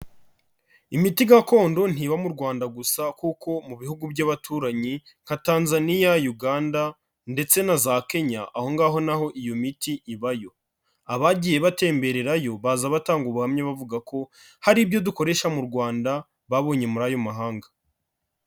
Imiti gakondo ntiba mu Rwanda gusa, kuko mu bihugu by'abaturanyi, nka Tanzania, Uganda, ndetse na za kenya, aho ngaho naho iyo miti ibayo. Abagiye batembererayo, baza batanga ubuhamya bavuga ko, hari ibyo dukoresha mu Rwanda, babonye muri ayo mahanga.